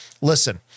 Listen